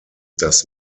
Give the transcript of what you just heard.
dass